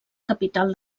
capital